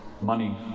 Money